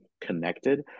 connected